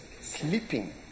sleeping